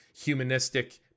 humanistic